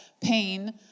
pain